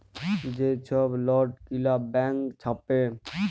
যে ছব লট গিলা ব্যাংক ছাপে